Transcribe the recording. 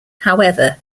however